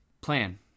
plan